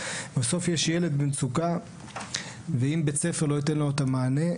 בסוף יש ילד במצוקה ואם בית ספר לא ייתן לו את המענה,